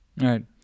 Right